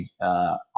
on